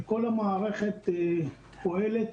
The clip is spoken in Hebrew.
וכל המערכת פועלת